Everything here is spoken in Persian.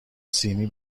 سینی